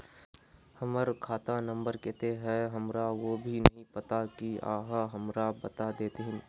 हमर खाता नम्बर केते है हमरा वो भी नहीं पता की आहाँ हमरा बता देतहिन?